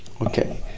Okay